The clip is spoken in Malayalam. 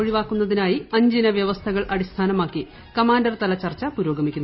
ഒഴിവാക്കുന്നത്തിനായി അഞ്ചിന വൃവസ്ഥകൾ അടിസ്ഥാനമാക്കി കമാൻഡർ തല ചർച്ച പുരോഗമിക്കുന്നു